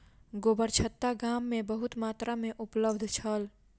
गोबरछत्ता गाम में बहुत मात्रा में उपलब्ध छल